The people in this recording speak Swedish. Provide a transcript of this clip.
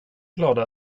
glada